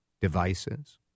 devices